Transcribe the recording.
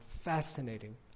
fascinating